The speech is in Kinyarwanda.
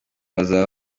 bazaba